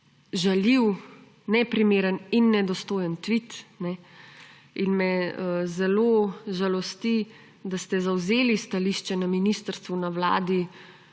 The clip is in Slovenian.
žaljiv, neprimeren in nedostojen tvit, in me zelo žalosti, da ste zavzeli stališče na ministrstvu, na vladi,